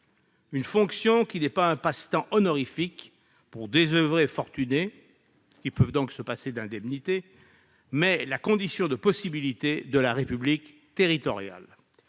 une fonction qui n'est pas un passe-temps honorifique pour désoeuvrés fortunés, qui pourraient donc se passer d'indemnités, mais la condition de possibilité de la République territoriale.